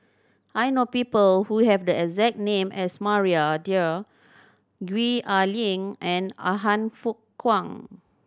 I know people who have the exact name as Maria Dyer Gwee Ah Leng and Han Fook Kwang